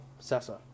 Sessa